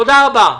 תודה רבה.